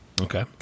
okay